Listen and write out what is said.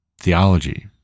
theology